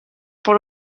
por